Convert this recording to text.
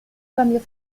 cambio